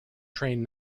train